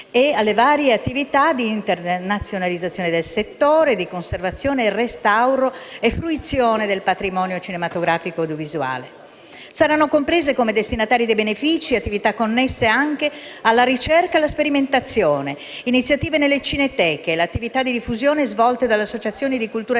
altresì l'attività di internazionalizzazione del settore e di conservazione, restauro e fruizione del patrimonio cinematografico ed audiovisivo. Saranno comprese come destinatarie dei benefici attività connesse anche alla ricerca e alla sperimentazione, iniziative nelle cineteche e attività di diffusione svolte dalle associazioni di cultura